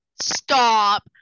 Stop